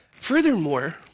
Furthermore